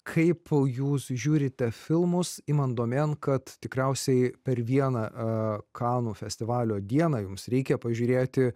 kaip jūs žiūrite filmus imant domėn kad tikriausiai per vieną kanų festivalio dieną jums reikia pažiūrėti